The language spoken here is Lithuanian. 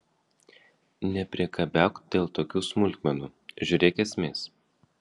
nepriekabiauk dėl tokių smulkmenų žiūrėk esmės